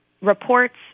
reports